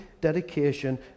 dedication